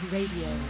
Radio